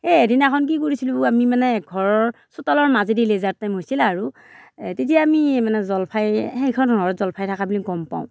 এই এদিনাখন কি কৰিছিলোঁ আমি মানে ঘৰৰ চোতালৰ মাজেদি লেজাৰ টাইম হৈছিলে আৰু তেতিয়া আমি মানে জলফাই সেইখন ঘৰত জলফাই থকা বুলি গম পাওঁ